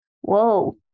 Whoa